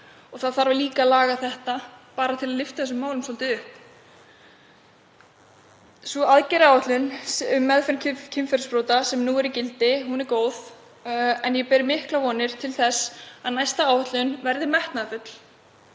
Það þarf líka að laga þetta bara til að lyfta þessum málum svolítið upp. Sú aðgerðaáætlun um meðferð kynferðisbrota sem nú er í gildi er góð, en ég bind miklar vonir við að næsta áætlun verði metnaðarfull,